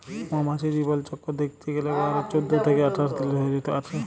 মমাছির জীবলচক্কর দ্যাইখতে গ্যালে উয়ারা চোদ্দ থ্যাইকে আঠাশ দিল ধইরে বাঁচে